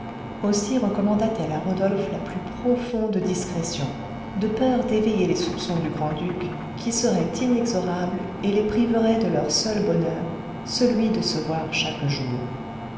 aussi recommanda t elle à rodolphe la plus profonde discrétion de peur d'éveiller les soupçons du grand-duc qui serait inexorable et les priverait de leur seul bonheur celui de se voir chaque jour